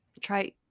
try